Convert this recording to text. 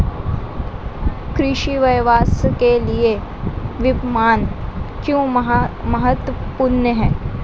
कृषि व्यवसाय के लिए विपणन क्यों महत्वपूर्ण है?